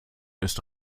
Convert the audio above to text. ist